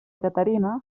caterina